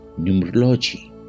numerology